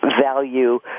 value